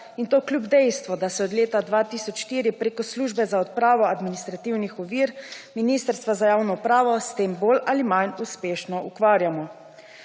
in to kljub dejstvu, da se od leta 2004 preko službe za odpravo administrativnih ovir Ministrstva za javno upravo s tem bolj ali manj uspešno ukvarjamo.